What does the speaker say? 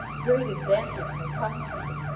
great advantage may come to you.